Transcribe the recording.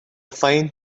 find